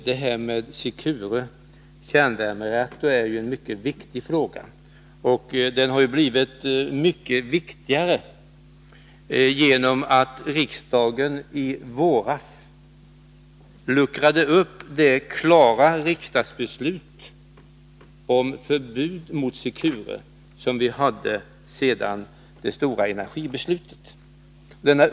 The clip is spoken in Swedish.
Frågan om Secure kärnvärmereaktor är ju mycket viktig, och den har blivit mycket viktigare efter det att riksdagen i våras luckrade upp det klara riksdagsbeslutet om förbud mot Secure, fattat i samband med det stora energibeslutet.